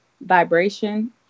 vibration